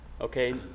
okay